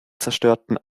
zerstörten